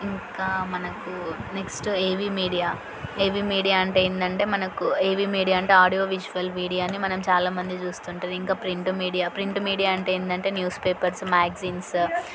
ఇంకా మనకు next AV media AV media అంటే ఏందంటే మనకు ఏవీ మీడియా అంటే ఆడియో విజువల్ మీడియాని మనం చాలామంది చూస్తుంటారు ఇంకా ప్రింట్ మీడియా ప్రింట్ మీడియా అంటే ఏందంటే న్యూస్ పేపర్స్ మ్యాగజైన్సు